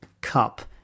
cup